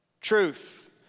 Truth